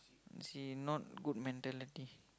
as in not good mentality